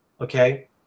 Okay